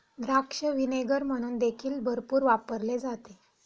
द्राक्ष व्हिनेगर म्हणून देखील भरपूर वापरले जाते